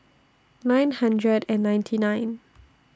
nine hundred and ninety nine